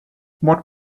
what